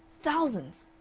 thousands!